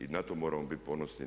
I na to moramo biti ponosni.